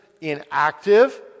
inactive